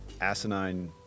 asinine